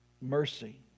Mercy